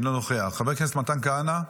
אינו נוכח, חבר הכנסת מתן כהנא,